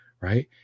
right